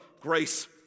grace